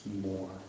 more